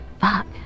Fuck